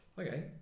Okay